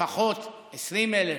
לפחות 20,000,